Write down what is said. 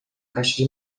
caixa